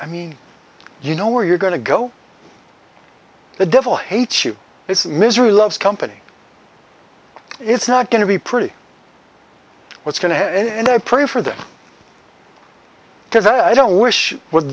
i mean you know where you're going to go the devil hates you it's misery loves company it's not going to be pretty what's going to happen and i pray for them because i don't wish what